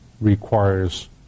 requires